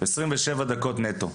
27 דקות נטו,